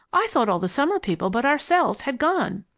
i thought all the summer people but ourselves had gone.